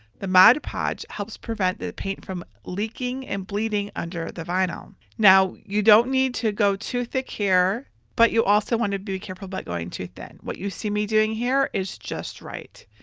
the mod podge helps prevent the paint from leaking and bleeding under the vinyl. now, you don't need to go too thick here but you also want to be careful about going too thin. what you see me doing here is just right.